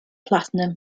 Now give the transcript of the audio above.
platinum